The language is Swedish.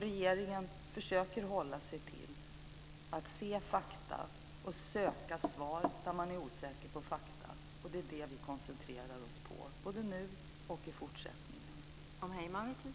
Regeringen försöker hålla sig till att se fakta och söka svar där man är osäker på fakta. Det är det vi koncentrerar oss på, både nu och i fortsättningen.